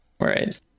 right